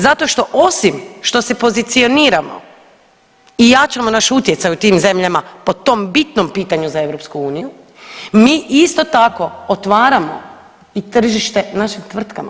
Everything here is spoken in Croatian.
Zato što osim što se pozicioniramo i jačamo naš utjecaj u tim zemljama po tom bitnom pitanju za EU mi isto tako otvaramo i tržište našim tvrtkama.